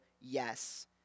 yes